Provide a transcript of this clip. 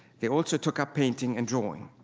they also took up painting and drawing.